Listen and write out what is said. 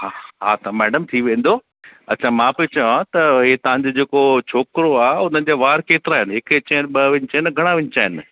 हा हा त मैडम थी वेंदो अछा मां पियो चवां त इहो तव्हांजो जेको छोकिरो आहे उन जा वार केतिरा आहिनि हिकु इंच आहिनि ॿ इंच आहिनि घणा इंच आहिनि